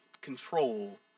control